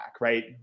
right